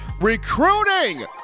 recruiting